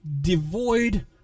devoid